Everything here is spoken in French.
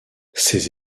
ces